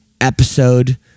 episode